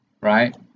right